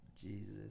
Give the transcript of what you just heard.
Jesus